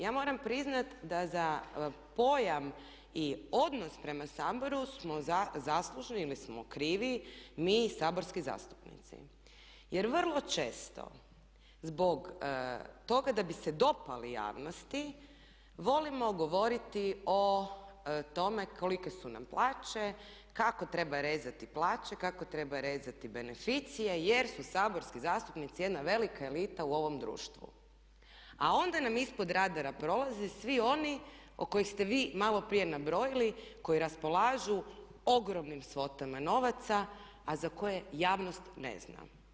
Ja moram priznati da za pojam i odnos prema Saboru smo zaslužni ili smo krivi mi saborski zastupnici, jer vrlo često zbog toga da bi se dopali javnosti volimo govoriti o tome kolike su nam plaće, kako treba rezati plaće, kako treba rezati beneficije jer su saborski zastupnici jedna velika elita u ovom društvu, a onda nam ispod radara prolazi svi oni o kojih ste vi malo prije nabrojili, koji raspolažu ogromnim svotama novaca, a za koje javnost ne zna.